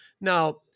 Now